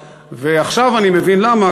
ועכשיו אני מבין למה,